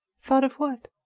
thought of what?